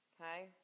Okay